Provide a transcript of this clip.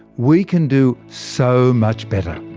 we can do so much better.